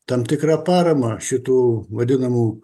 tam tikrą paramą šitų vadinamų